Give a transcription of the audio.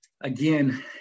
Again